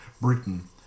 britain